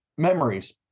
Memories